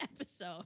episode